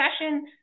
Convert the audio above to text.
session